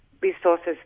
resources